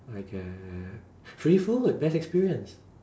I get free food best experience